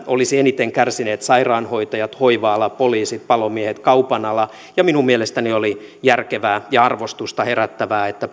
olisivat eniten kärsineet sairaanhoitajat hoiva ala poliisit palomiehet ja kaupan ala ja minun mielestäni oli järkevää ja arvostusta herättävää että